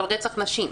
אבל רצח נשים.